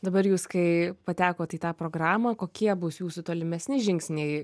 dabar jūs kai patekot į tą programą kokie bus jūsų tolimesni žingsniai